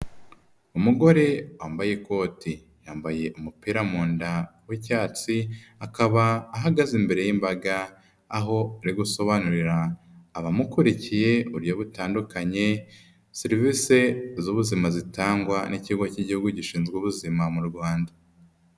Umugore wambaye ikoti, yambaye umupira munda w'icyatsi, akaba ahagaze imbere y'imbaga, aho ari gusobanurira abamukurikiye uburyo butandukanye, serivisi z'ubuzima zitangwa n'ikigo cy'igihugu gishinzwe ubuzimama mu Rwanda.